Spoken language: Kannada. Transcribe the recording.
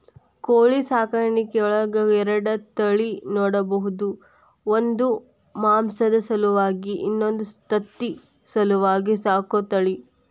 ಕೋಳಿ ಸಾಕಾಣಿಕೆಯೊಳಗ ಎರಡ ತಳಿ ನೋಡ್ಬಹುದು ಒಂದು ಮಾಂಸದ ಸಲುವಾಗಿ ಇನ್ನೊಂದು ತತ್ತಿ ಸಲುವಾಗಿ ಸಾಕೋ ತಳಿ